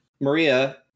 Maria